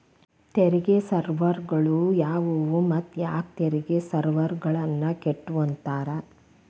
ತೆರಿಗೆ ಸ್ವರ್ಗಗಳು ಯಾವುವು ಮತ್ತ ಯಾಕ್ ತೆರಿಗೆ ಸ್ವರ್ಗಗಳನ್ನ ಕೆಟ್ಟುವಂತಾರ